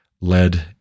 led